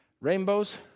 rainbows